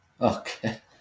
Okay